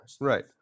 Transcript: right